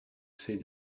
said